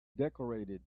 decorated